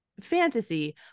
fantasy